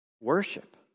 Worship